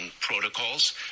protocols